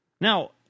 Now